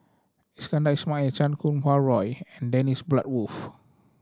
Iskandar Ismail Chan Kum Wah Roy and Dennis Bloodworth